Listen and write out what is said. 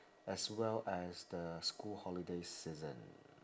as well as the school holiday season